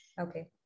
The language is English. okay